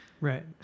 Right